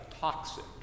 toxic